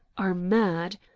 are mad.